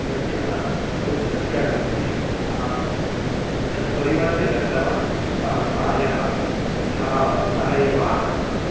तस्य पुत्रस्य विषये अहं तत्परिवर्त्य दत्तवान् अतः प्रायः सः वा सः एव